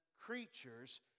creatures